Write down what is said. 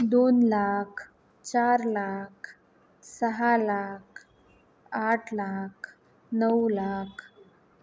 दोन लाख चार लाख सहा लाख आठ लाख नऊ लाख